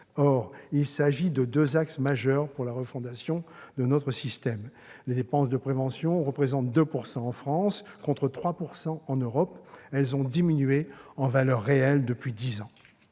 Or il s'agit des deux axes majeurs pour la refondation de notre système. Les dépenses de prévention représentent 2 % en France, contre 3 % en Europe ; elles ont diminué en valeur réelle depuis dix ans.